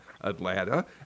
Atlanta